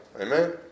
Amen